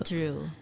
True